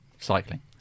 Cycling